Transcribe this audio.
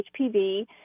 HPV